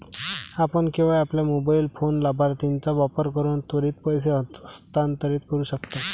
आपण केवळ आपल्या मोबाइल फोन लाभार्थीचा वापर करून त्वरित पैसे हस्तांतरित करू शकता